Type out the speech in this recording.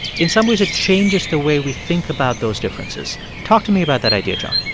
in some ways, it changes the way we think about those differences. talk to me about that idea, john